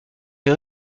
les